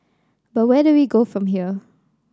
but where do we go from here